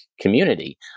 community